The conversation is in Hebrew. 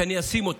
שאני אשים אותם,